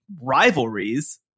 rivalries